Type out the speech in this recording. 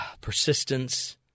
persistence